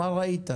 מה ראית?